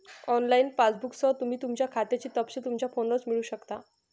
online पासबुकसह, तुम्ही तुमच्या खात्याचे तपशील तुमच्या फोनवरच मिळवू शकता